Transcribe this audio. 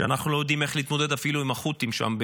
שאנחנו לא יודעים איך להתמודד אפילו עם החות'ים שם,